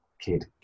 kid